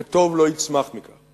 וטוב לא יצמח מכך.